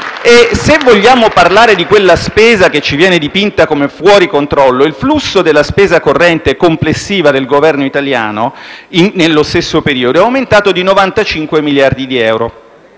se vogliamo parlare di quella spesa che ci viene dipinta come fuori controllo, il flusso della spesa corrente complessiva del Governo italiano nello stesso periodo è aumentato di 95 miliardi di euro